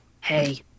Hey